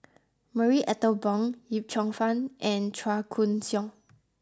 Marie Ethel Bong Yip Cheong Fun and Chua Koon Siong